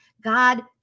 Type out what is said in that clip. God